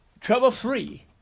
trouble-free